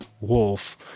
wolf